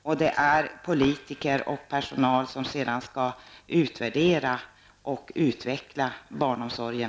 Och det är politiker och personal som sedan skall utvärdera och vidareutveckla barnomsorgen.